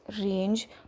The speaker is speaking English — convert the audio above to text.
range